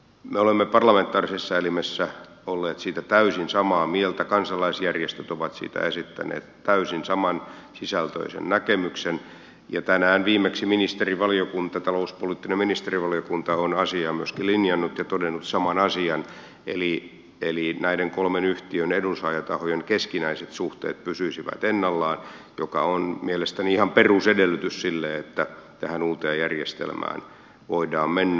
me olemme parlamentaarisessa elimessä olleet siitä täysin samaa mieltä kansalaisjärjestöt ovat siitä esittäneet täysin samansisältöisen näkemyksen ja tänään viimeksi ministerivaliokunta talouspoliittinen ministerivaliokunta on asiaa myöskin linjannut ja todennut saman asian eli näiden kolmen yhtiön edunsaajatahojen keskinäiset suhteet pysyisivät ennallaan mikä on mielestäni ihan perusedellytys sille että tähän uuteen järjestelmään voidaan mennä